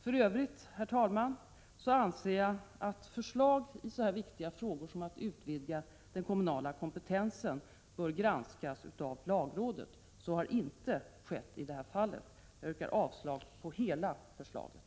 För övrigt anser jag, herr talman, att förslag i sådana viktiga frågor som att utvidga den kommunala kompetensen bör granskas av lagrådet. Så har inte skett i det här fallet. Jag yrkar avslag på hela förslaget.